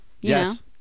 yes